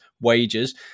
wages